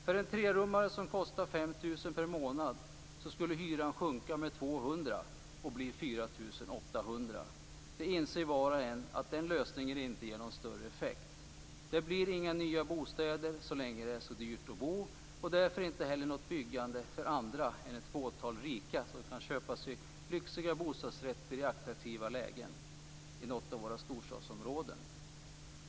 För en trerummare som kostar 5 000 kr per månad skulle hyran sjunka med 200 kr till 4 800 kr. Var och en inser att en sådan lösning inte ger någon större effekt. Det blir inga nya bostäder så länge det är så dyrt att bo och därför inte heller något byggande för andra än ett fåtal rika, som kan köpa sig lyxiga bostadsrätter i attraktiva lägen i något av våra storstadsområden.